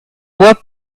web